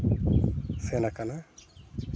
ᱥᱮᱱ ᱠᱟᱱᱟ